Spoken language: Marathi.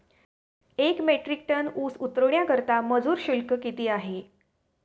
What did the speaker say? एक मेट्रिक टन ऊस उतरवण्याकरता मजूर शुल्क किती आहे?